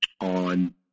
on